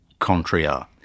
Contria